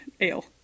ale